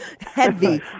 heavy